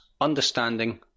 Understanding